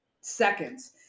seconds